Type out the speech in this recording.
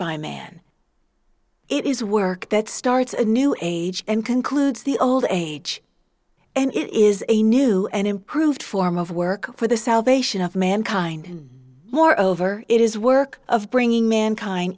by man it is work that starts a new age and concludes the old age and it is a new and improved form of work for the salvation of mankind moreover it is work of bringing mankind